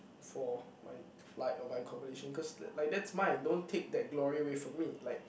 for my flight or my accommodation cause like that's mine don't take that glory away from me like